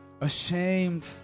ashamed